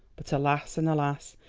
but alas and alas!